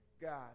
God